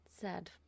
Sad